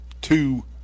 two